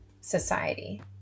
society